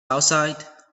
outside